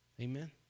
Amen